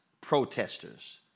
protesters